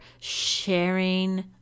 sharing